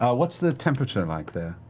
yeah what's the temperature like there?